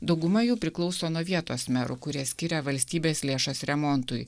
dauguma jų priklauso nuo vietos merų kurie skiria valstybės lėšas remontui